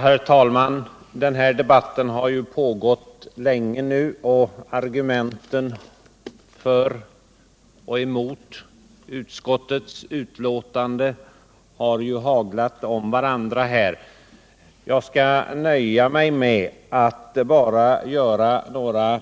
Herr talman! Den här debatten har pågått länge nu, och argumenten för och emot utskottsbetänkandet har haglat om varandra. Jag skall därför nöja mig med att göra några